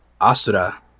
Asura